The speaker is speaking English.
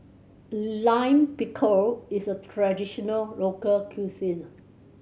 Lime Pickle is a traditional local cuisine